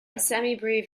semibrieve